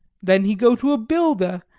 then he go to a builder,